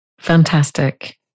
fantastic